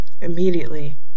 immediately